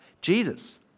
Jesus